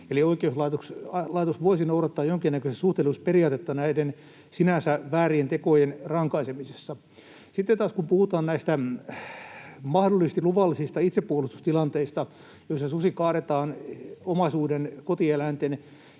oikeuslaitos voisi noudattaa jonkinnäköistä suhteellisuusperiaatetta näiden sinänsä väärien tekojen rankaisemisessa. Sitten taas kun puhutaan näistä mahdollisesti luvallisista itsepuolustustilanteista, joissa susi kaadetaan omaisuuden, kotieläinten,